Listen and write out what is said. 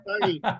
sorry